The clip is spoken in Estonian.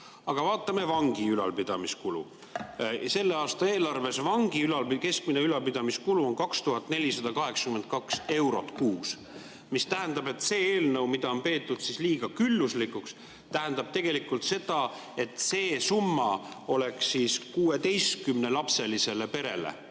Aga vaatame vangi ülalpidamiskulu. Selle aasta eelarves on vangi keskmine ülalpidamiskulu 2482 eurot kuus. See tähendab, et see eelnõu, mida on peetud liiga külluslikuks, tähendab tegelikult seda, et see summa oleks 16‑lapselisele perele.